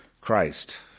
Christ